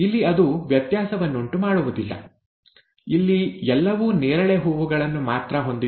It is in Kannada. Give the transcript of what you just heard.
ಇಲ್ಲಿ ಅದು ವ್ಯತ್ಯಾಸವನ್ನುಂಟು ಮಾಡುವುದಿಲ್ಲ ಇಲ್ಲಿ ಎಲ್ಲವೂ ನೇರಳೆ ಹೂವುಗಳನ್ನು ಮಾತ್ರ ಹೊಂದಿತ್ತು